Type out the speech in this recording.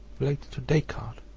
relating to descartes,